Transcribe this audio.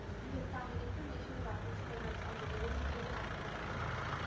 you can find information about these programs on the literature table at the front entrance.